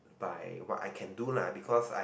by what I can do lah because I